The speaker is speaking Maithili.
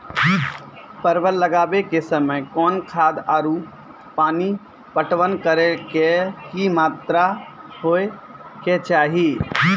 परवल लगाबै के समय कौन खाद आरु पानी पटवन करै के कि मात्रा होय केचाही?